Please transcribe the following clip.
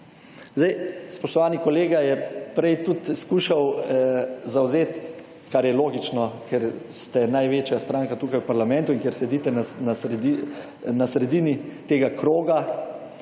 odzivi. Spoštovani kolega je prej tudi skušal zavzeti, kar je logično, ker ste največja stranka tukaj v parlamentu in ker sedite na sredini tega kroga